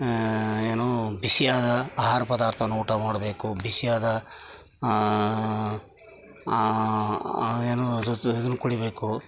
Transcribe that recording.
ಆ ಏನು ಬಿಸಿಯಾದ ಆಹಾರ ಪದಾರ್ಥವನ್ನು ಊಟ ಮಾಡಬೇಕು ಬಿಸಿಯಾದ ಏನು ಋತು ಇದನ್ನ ಕುಡಿಯಬೇಕು